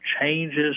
changes